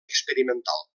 experimental